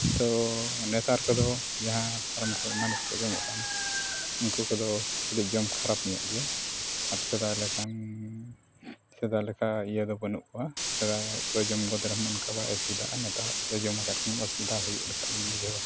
ᱛᱚ ᱱᱮᱛᱟᱨ ᱠᱚᱫᱚ ᱡᱟᱦᱟᱸ ᱯᱷᱟᱨᱚᱢ ᱮᱢᱟᱱ ᱠᱚ ᱧᱟᱢᱚᱜ ᱠᱟᱱ ᱩᱱᱠᱩ ᱠᱚᱫᱚ ᱠᱟᱹᱴᱤᱡ ᱡᱚᱢ ᱠᱷᱟᱨᱟᱯ ᱧᱚᱜ ᱜᱮ ᱟᱨ ᱥᱮᱫᱟᱭ ᱞᱮᱠᱟᱱ ᱥᱮᱫᱟᱭ ᱞᱮᱠᱟ ᱤᱭᱟᱹ ᱫᱚ ᱵᱟᱹᱱᱩᱜ ᱠᱚᱣᱟ ᱥᱮᱫᱟᱭ ᱠᱚ ᱡᱚᱢ ᱜᱚᱫ ᱨᱮᱦᱚ ᱚᱱᱠᱟ ᱵᱟᱭ ᱚᱥᱩᱵᱤᱫᱷᱟᱜᱼᱟ ᱱᱮᱛᱟᱨᱟᱜ ᱡᱚᱢ ᱠᱟᱫ ᱠᱷᱟᱱ ᱜᱮ ᱚᱥᱩᱵᱤᱫᱷᱟ ᱦᱩᱭᱩᱜ ᱞᱮᱠᱟ ᱞᱤᱧ ᱵᱩᱡᱷᱟᱹᱣᱟ